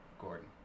gordon